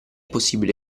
possibile